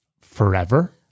forever